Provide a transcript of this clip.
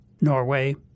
Norway